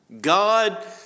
God